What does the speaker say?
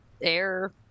air